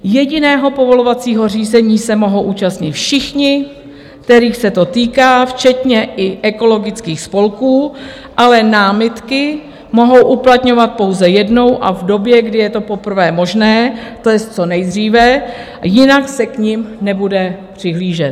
Jediného povolovacího řízení se mohou účastnit všichni, kterých se to týká, i včetně ekologických spolků, ale námitky mohou uplatňovat pouze jednou a v době, kdy je to poprvé možné, to jest co nejdříve, jinak se k nim nebude přihlížet.